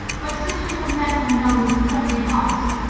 but since we have met one another with friendly hearts,